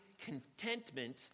contentment